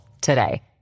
today